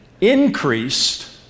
increased